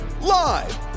live